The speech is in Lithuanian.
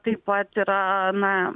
taip pat yra na